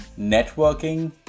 networking